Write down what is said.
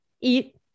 eat